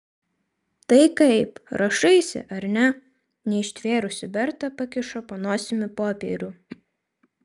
tai kaip rašaisi ar ne neištvėrusi berta pakiša po nosimi popierių